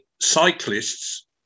cyclists